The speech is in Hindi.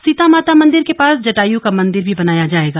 सीता माता मंदिर के पास जटायू का मंदिर भी बनाया जायेगा